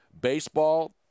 Baseball